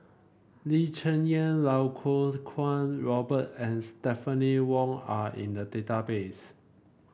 Lee Cheng Yan Lau Kuo Kwong Robert and Stephanie Wong are in the database